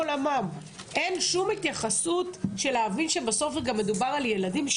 אין שום התייחסות של להבין שבסוף גם מדובר על ילדים?